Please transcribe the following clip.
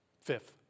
Fifth